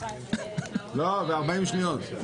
לא, ו-40 שניות.